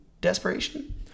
desperation